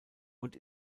und